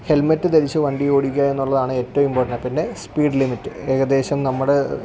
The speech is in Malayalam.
ഹെൽമറ്റ് ധരിച്ച് വണ്ടി ഓടിക്കുക എന്നുള്ളതാണ് ഏറ്റവും ഇംപോർട്ടൻ്റ് പിന്നെ സ്പീഡ് ലിമിറ്റ് ഏകദേശം നമ്മുടെ